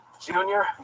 junior